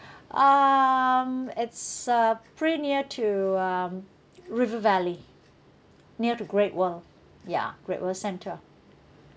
um it's uh pretty near to um river valley near to great world ya great world centre